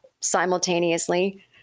simultaneously